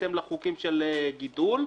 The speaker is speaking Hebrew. בהתאם לחוקים של גידול,